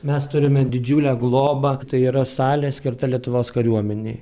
mes turime didžiulę globą tai yra salė skirta lietuvos kariuomenei